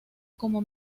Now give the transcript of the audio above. como